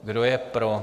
Kdo je pro?